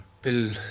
Bill